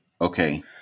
Okay